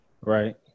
Right